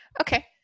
Okay